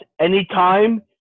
Anytime